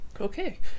Okay